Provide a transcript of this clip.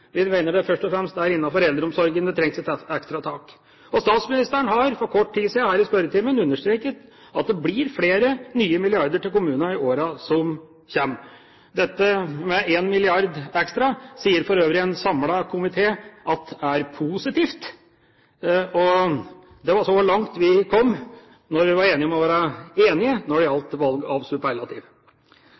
vi kaller det en eldremilliard, fordi det først og fremst er innenfor eldreomsorgen det trengs et ekstra tak. Statsministeren har for kort tid siden – her i spørretimen – understreket at det blir flere nye milliarder til kommunene i årene som kommer. Dette med én milliard ekstra sier for øvrig en samlet komité er positivt. Det var så langt vi kom da vi ble enige om å være enige når det gjaldt valg av